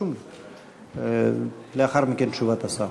תשובת השר.